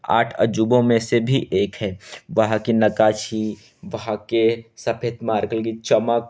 आठ अजूबों में से भी एक है वहाँ के नक्काशी वहाँ के सफेद मार्कल के चमक